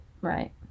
right